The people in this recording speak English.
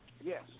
Yes